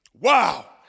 Wow